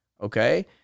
okay